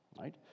right